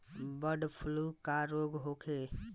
Bird flu का रोग होखे?